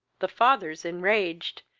the fathers enraged,